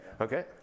Okay